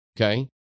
okay